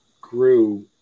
grew